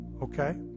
Okay